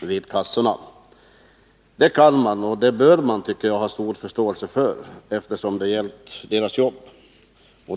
vid kassorna. Det kan och bör man enligt min mening ha stor förståelse för, eftersom det gällt deras jobb.